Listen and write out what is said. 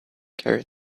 carried